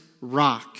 rock